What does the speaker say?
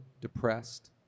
depressed